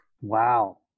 Wow